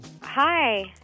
Hi